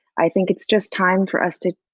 i think it's just time for us to